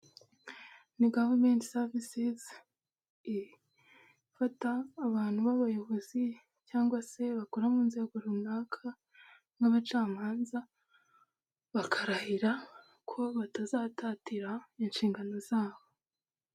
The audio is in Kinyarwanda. Ni gavumenti savisezi ifata abantu b'abayobozi cyangwa se bakora mu nzego runaka nk'abacamanza, bakarahira ko batazatatira inshingano zabo.